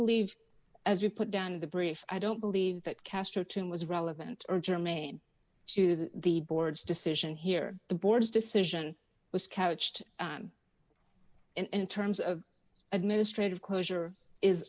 believe as you put down the briefs i don't believe that castro tune was relevant or germane to the the board's decision here the board's decision was couched in terms of administrative closure is